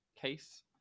case